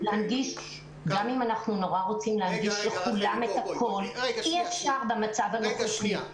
להנגיש לכולם את הכול אי אפשר במצב הנוכחי.